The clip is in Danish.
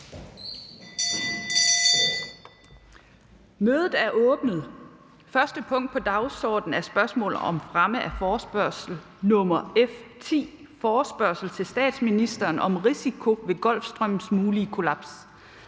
den 8. november 2024 kl. 9.00 Dagsorden 1) Spørgsmål om fremme af forespørgsel nr. F 10: Forespørgsel til statsministeren om risikoen ved Golfstrømmens mulige kollaps.